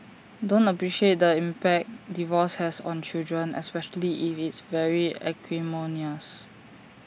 don't appreciate the impact divorce has on children especially if it's very acrimonious